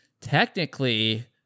technically